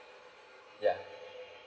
yeah